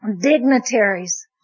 dignitaries